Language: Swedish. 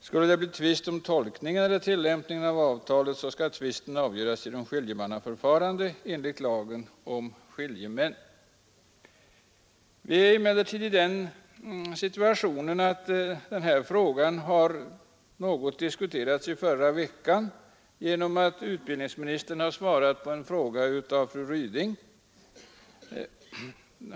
Skulle det bli tvist om tolkningen eller tillämpningen i avtalet skall tvisten avgöras genom skiljemannaförfarande enligt lagen om skiljemän. Vi är emellertid i den situationen att denna fråga något diskuterats i förra veckan. Utbildningsministern har svarat på en fråga av fru Ryding.